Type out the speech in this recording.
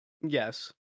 Yes